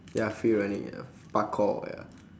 ya free running ya parkour ya